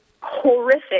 horrific